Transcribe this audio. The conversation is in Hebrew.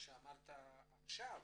שאמרת עכשיו,